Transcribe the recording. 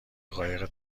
قایق